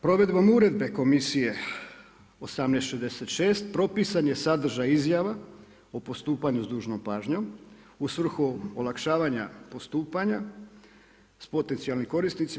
Provedbom uredbe komisije 1866 propisan je sadržaj izjava o postupanju s dužnom pažnjom u svrhu olakšavanja postupanja s potencijalnim korisnicima.